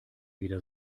wieder